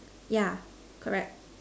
yeah correct